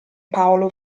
paolo